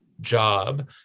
job